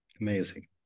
Amazing